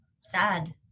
sad